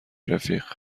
رفیق